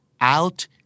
out